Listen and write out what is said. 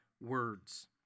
words